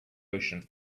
ocean